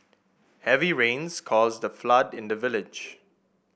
heavy rains caused a flood in the village